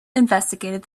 investigated